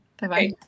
Bye-bye